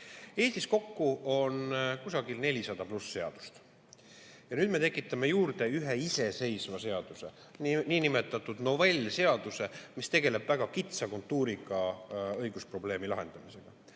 Eestis on kokku 400+ seadust. Nüüd me tekitame juurde ühe iseseisva seaduse, nn novellseaduse, mis tegeleb väga kitsa kontuuriga õigusprobleemi lahendamisega.